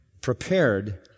prepared